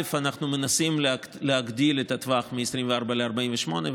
אנחנו מנסים להגדיל את הטווח מ-24 ל-48 שעות,